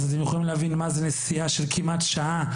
אתם יכולים להבין מה זה נסיעה של כמעט שעה,